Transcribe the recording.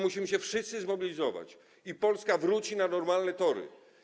Musimy się wszyscy zmobilizować i Polska wróci na normalne tory.